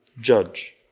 judge